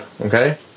Okay